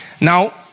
Now